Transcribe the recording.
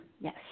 Yes